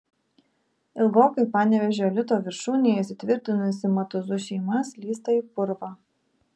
ilgokai panevėžio elito viršūnėje įsitvirtinusi matuzų šeima slysta į purvą